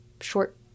short